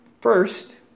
first